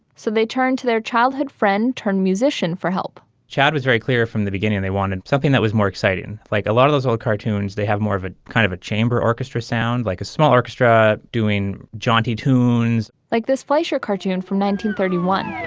so they turned to their childhood friend turned musician for help chad was very clear from the beginning. they wanted something that was more exciting. like a lot of those old cartoons. they have more of a kind of a chamber orchestra sound like a small orchestra doing jaunty tunes like this fleischer cartoon from one